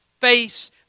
face